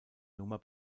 nummer